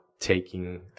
Taking